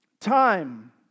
Time